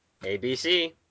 ABC